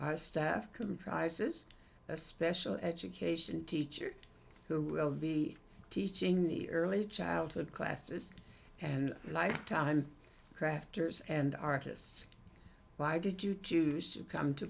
staff comprises a special education teacher who will be teaching the early childhood classes and lifetime crafters and artists why did you choose to come to